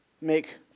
make